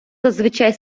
зазвичай